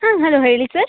ಹಾಂ ಹಲೋ ಹೇಳಿ ಸರ್